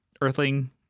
Earthling